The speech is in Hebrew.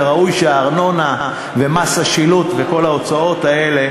ראוי שהארנונה ומס השילוט וכל ההוצאות האלה